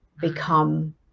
become